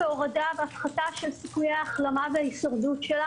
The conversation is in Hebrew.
הורדה והפחתה של סיכויי ההחלמה וההישרדות שלה